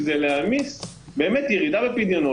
זה לא מתיישב עם תו ירוק זמני,